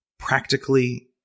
Practically